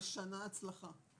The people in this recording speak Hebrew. ועוד שנה הצלחה.